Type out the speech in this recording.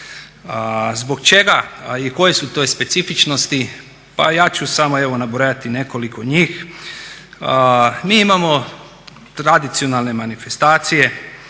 Zbog čega i koje su to specifičnosti? Pa ja ću samo evo nabrojati nekoliko njih. Mi imamo tradicionalne manifestacije